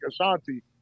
ashanti